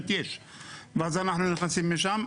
ואז אנחנו נכנסים משם.